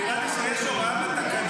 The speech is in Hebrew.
נראה לי שיש הוראה בתקנון שצריך לנאום